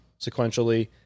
sequentially